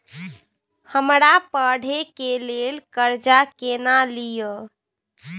हमरा पढ़े के लेल कर्जा केना लिए?